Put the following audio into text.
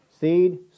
Seed